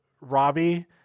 robbie